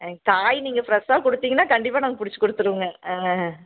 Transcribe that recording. ஆ காய் நீங்கள் ஃப்ரெஷ்ஷாக கொடுத்தீங்கன்னா கண்டிப்பாக நாங்கள் பிடிச்சி கொடுத்துருவோங்க ஆ